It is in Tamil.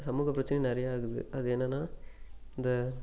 சமூகப்பிரச்சனையும் நிறையா ஆகுது அது என்னென்னால் இந்த